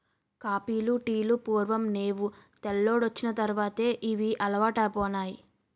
కాపీలు టీలు పూర్వం నేవు తెల్లోడొచ్చిన తర్వాతే ఇవి అలవాటైపోనాయి